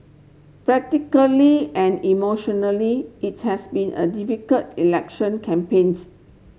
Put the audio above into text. practically and emotionally it's has been a difficult election campaigns